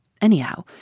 Anyhow